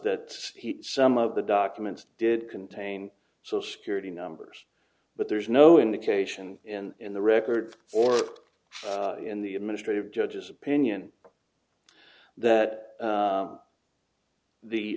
he some of the documents did contain social security numbers but there's no indication in in the records or in the administrative judge's opinion that